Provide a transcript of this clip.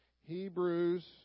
Hebrews